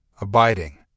abiding